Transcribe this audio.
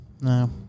No